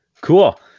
Cool